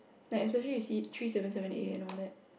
like especially we see three seven seven A all that